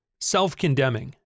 self-condemning